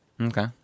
Okay